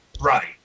Right